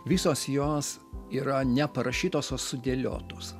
visos jos yra neparašytos o sudėliotos